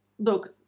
Look